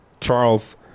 Charles